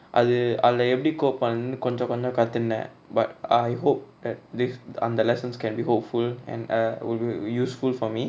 அது அதுல எப்டி:athu athula epdi hope பன்னனுனு கொஞ்சோ கொஞ்சோ கத்துண்ட:pannanunu konjo konjo kathunda but I hope that the அந்த:antha lessons can be hopeful and uh will be useful for me